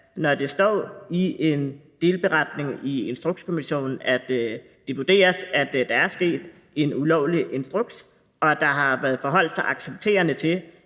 når det står i en delberetning fra Instrukskommissionen, at det vurderes, at der er sket en ulovlig instruks, og at der har været forholdt sig accepterende til,